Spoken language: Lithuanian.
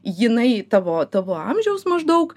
jinai tavo tavo amžiaus maždaug